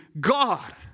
God